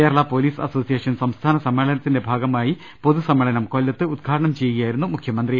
Kerala police association സംസ്ഥാന സമ്മേളനത്തിന്റെ ഭാഗമായി പൊതുസമ്മേ ളനം കൊല്ലത്ത് ഉദ്ഘാടനം ചെയ്യുകയായിരുന്നു അദ്ദേഹം